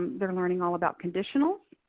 they're learning all about conditionals,